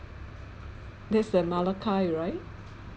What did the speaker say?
that's at malakai right